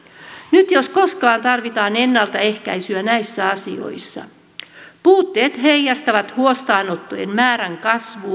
nyt jos koskaan tarvitaan ennaltaehkäisyä näissä asioissa puutteet heijastuvat huostaanottojen määrän kasvuna